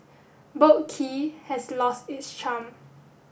Boat Quay has lost its charm